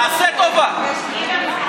תעשה טובה, אל תביא נאורות כמו שלך.